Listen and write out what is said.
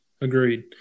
Agreed